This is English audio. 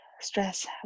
stress